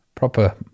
proper